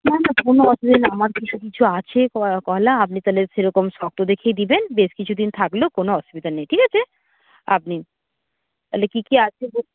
না না কোনো অসুবিধা না আমার কিছু কিছু আছে কলা আপনি তাহলে সে রকম শক্ত দেখেই দেবেন বেশ কিছুদিন থাকলেও কোনো অসুবিধা নেই ঠিক আছে আপনি তাহলে কী কী আছে